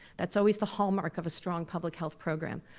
that's always the hallmark of a strong public health program.